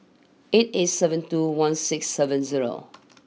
eight eight seven two one six seven zero